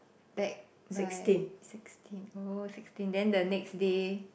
back by sixteen oh sixteen then the next day